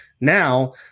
Now